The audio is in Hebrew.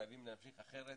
חייבים להמשיך כי אחרת